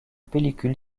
pellicule